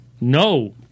no